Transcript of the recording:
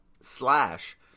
slash